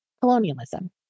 colonialism